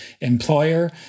employer